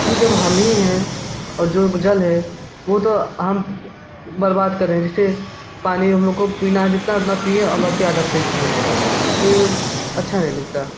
फिर जब हम ही हैं और जो जल है वो तो हम बर्बाद कर रहें जिससे पानी हम लोग को पीना है जितना उतना पीए और बाक़ी आधा फेंक दिए तो ये अच्छा नहीं लगता